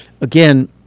Again